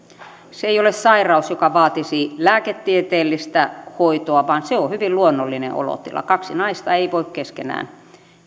se ei ole sairaus joka vaatisi lääketieteellistä hoitoa vaan se on hyvin luonnollinen olotila kaksi naista ei voi keskenään